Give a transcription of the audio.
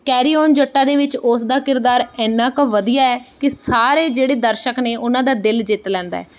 carry on Jatta ਦੇ ਵਿੱਚ ਉਸ ਦਾ ਕਿਰਦਾਰ ਇੰਨਾ ਕੁ ਵਧੀਆ ਹੈ ਕਿ ਸਾਰੇ ਜਿਹੜੇ ਦਰਸ਼ਕ ਨੇ ਉਹਨਾਂ ਦਾ ਦਿਲ ਜਿੱਤ ਲੈਂਦਾ ਹੈ